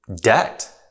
debt